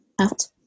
out